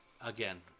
Again